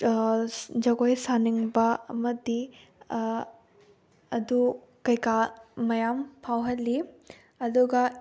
ꯖꯒꯣꯏ ꯁꯥꯅꯤꯡꯕ ꯑꯃꯗꯤ ꯑꯗꯨ ꯀꯩꯀꯥ ꯃꯌꯥꯝ ꯐꯥꯎꯍꯜꯂꯤ ꯑꯗꯨꯒ